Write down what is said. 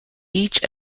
each